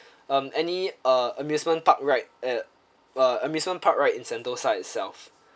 um any uh amusement park ride at uh amusement park right in sentosa itself